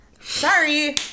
Sorry